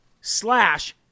slash